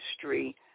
history